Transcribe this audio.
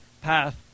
path